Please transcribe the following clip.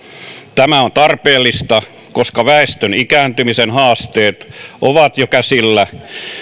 tämä on tarpeellista koska väestön ikääntymisen haasteet ovat jo käsillä